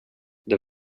det